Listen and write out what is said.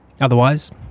Otherwise